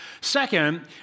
Second